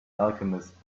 alchemist